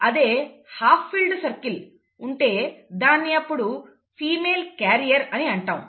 అదే half field circle ఉంటే దాన్ని అప్పుడు ఫిమేల్ క్యారియర్ అని అంటాము